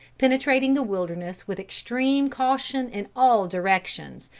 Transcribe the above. penetrating the wilderness with extreme caution, in all directions,